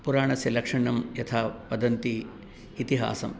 पुराणस्य लक्षणं यथा वदन्ति इतिहासं